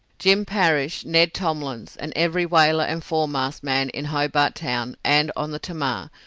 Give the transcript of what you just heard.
jim parrish, ned tomlins, and every whaler and foremast man in hobart town and on the tamar,